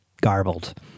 garbled